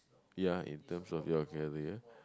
ya in terms of your career